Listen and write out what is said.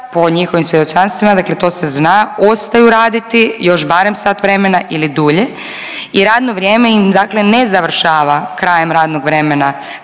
po njihovim svjedočanstvima, dakle to se zna, ostaju raditi još barem sat vremena ili dulje i radno vrijeme im dakle ne završava krajem radnog vremena